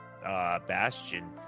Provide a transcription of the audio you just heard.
bastion